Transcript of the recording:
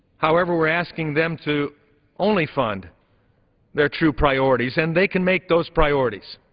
however we're asking them to only fund their true priorities and they can make those priorities.